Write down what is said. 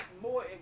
more